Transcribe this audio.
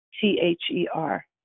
T-H-E-R